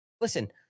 Listen